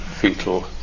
Fetal